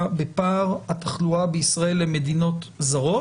בפער התחלואה בישראל למדינות זרות,